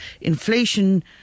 inflation